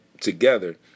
together